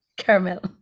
Caramel